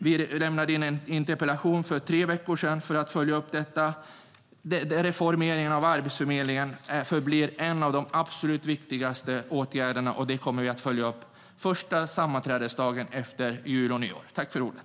Vi lämnade in en interpellation för tre veckor sedan för att följa upp detta. Reformeringen av Arbetsförmedlingen förblir en av de absolut viktigaste åtgärderna, och det kommer vi att följa upp den första sammanträdesdagen efter jul och nyår.